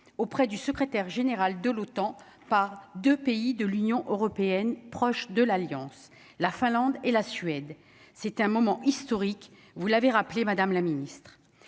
auprès du secrétaire général de l'OTAN : pas de pays de l'Union européenne, proche de l'Alliance, la Finlande et la Suède, c'est un moment historique, vous l'avez rappelé : Madame la Ministre,